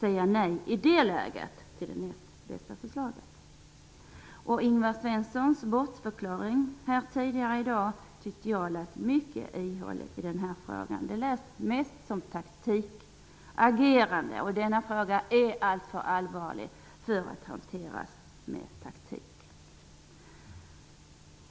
säga nej i det läget till det näst bästa förslaget. Ingvar Svenssons bortförklaring tidigare i dag i den här frågan tyckte jag lät mycket ihålig. Det lät mest som ett taktikagerande. Denna fråga är alltför allvarlig för att bara hanteras taktiskt.